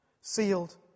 sealed